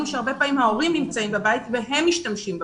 שהרבה פעמים ההורים נמצאים בבית והם משתמשים במחשב.